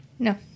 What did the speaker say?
No